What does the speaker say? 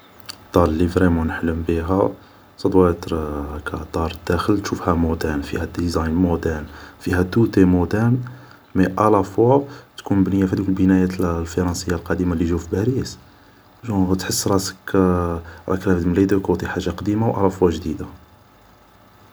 الدار لي فريمون نحلم بيها سا دوا إتر ك دار الداخل تشوفها مودارن فيها ديزاين مودارن فيها تو إ مودارن مي أ لا فوا مبنية في هادوك البنايات الفرنسية القديمة لي يجو في باريس جور تحس راسك راك رافد من لي دو كوتي حاجة قديمة و الا فو جديدة